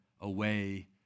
away